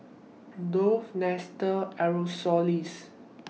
Dove Nestle Aerosoles